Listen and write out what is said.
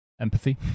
empathy